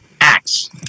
acts